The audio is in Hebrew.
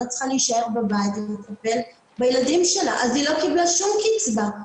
צריכה להישאר בבית ולטפל בילדים שלה ולכן לא קיבלה שום קצבה.